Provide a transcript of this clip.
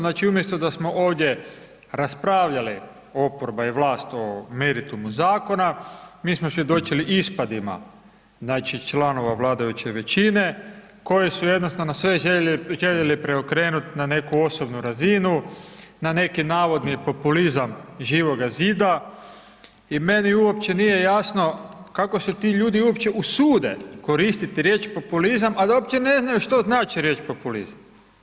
Znači, umjesto da smo ovdje raspravljali oporba i vlast o meritumu zakona, mi smo svjedočili ispadima znači članova vladajuće većine koji su jednostavno sve željeli preokrenuti na neku osobnu razinu, na neki navodni populizam Živoga zida i meni uopće nije jasno kako se ti ljudi uopće usude koristiti riječ populizam, a da uopće ne znaju što znači riječ populizam.